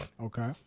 Okay